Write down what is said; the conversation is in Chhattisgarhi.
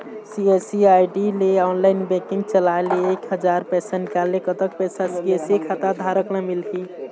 सी.एस.सी आई.डी ले ऑनलाइन बैंकिंग चलाए ले एक हजार पैसा निकाले ले कतक पैसा सी.एस.सी खाता धारक ला मिलही?